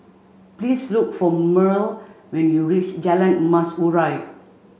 please look for Mearl when you reach Jalan Emas Urai